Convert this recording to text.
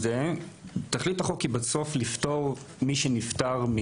תכלית החוק היא לפתור מתשלום את מי שנפטר.